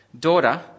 daughter